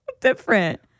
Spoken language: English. different